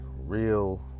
real